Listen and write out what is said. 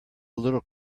little